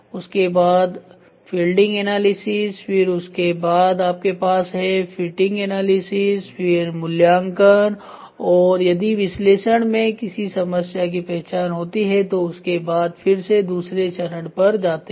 उसके बाद fielding analysis फिर उसके बाद आपके पास है फिटिंग एनालिसिस फीर मूल्यांकन और यदि विश्लेषण में किसी समस्या की पहचान होती है तो उसके बाद फिर से दूसरे चरण पर जाते हैं